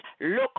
look